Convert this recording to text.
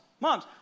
moms